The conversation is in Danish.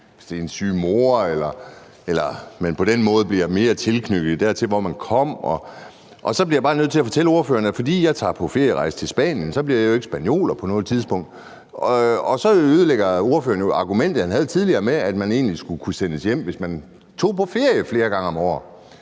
hvis det er for at besøge ens syge mor. Så bliver jeg bare nødt til at fortælle ordføreren, at selv om jeg tager på ferierejse til Spanien, bliver jeg jo ikke spanioler på noget tidspunkt. Så ødelægger ordføreren jo argumentet, han havde tidligere, med, at man egentlig skulle kunne sendes hjem, hvis man tog på ferie flere gange om året.